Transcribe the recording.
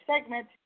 segment